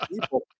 people